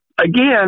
again